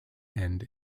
end